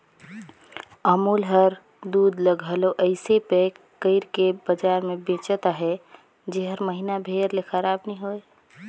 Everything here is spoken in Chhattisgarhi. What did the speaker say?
अमूल हर दूद ल घलो अइसे पएक कइर के बजार में बेंचत अहे जेहर महिना भेर ले खराब नी होए